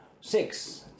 six